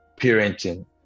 parenting